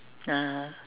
(uh huh)